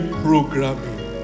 programming